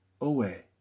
away